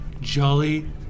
jolly